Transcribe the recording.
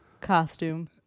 costume